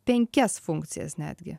penkias funkcijas netgi